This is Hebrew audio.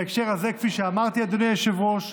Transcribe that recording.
בהקשר הזה, כפי שאמרתי, אדוני היושב-ראש,